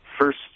first